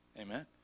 Amen